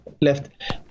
left